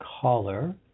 caller